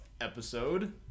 episode